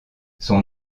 son